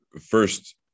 first